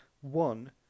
one